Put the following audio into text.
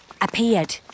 appeared